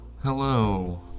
hello